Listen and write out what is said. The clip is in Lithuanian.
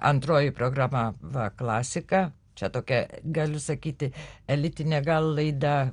antroji programa va klasika čia tokia galiu sakyti elitinė gal laida